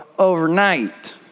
overnight